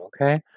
Okay